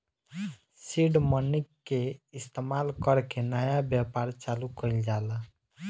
seed money के इस्तमाल कर के नया व्यापार चालू कइल जाला